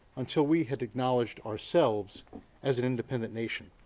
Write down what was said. until we had acknowledged ourselves as an independent nation.